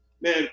man